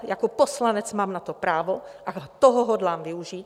Jako poslanec mám na to právo a toho hodlám využít.